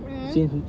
mm